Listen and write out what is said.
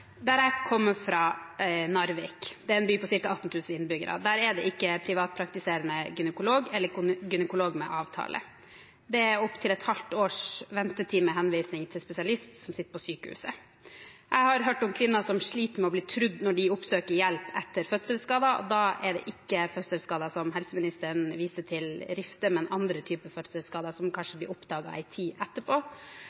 Der jeg kommer fra, Narvik, som er en by på ca. 18 000 innbyggere, er det ikke privatpraktiserende gynekolog eller gynekolog med avtale. Det er opptil et halvt års ventetid med henvisning til spesialist, som er på sykehuset. Jeg har hørt om kvinner som sliter med å bli trodd når de oppsøker hjelp etter fødselsskader, og da er det ikke fødselsskader som helseministeren viser til, rifter, men andre typer fødselsskader, som